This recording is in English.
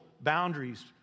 boundaries